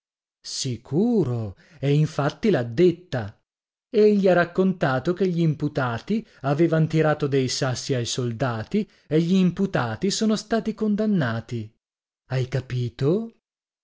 sicuro e infatti l'ha detta egli ha raccontato che gli imputati avevan tirato dei sassi ai soldati e gli imputati sono stati condannati hai capito